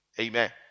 Amen